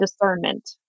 discernment